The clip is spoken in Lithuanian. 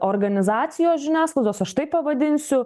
organizacijos žiniasklaidos aš taip pavadinsiu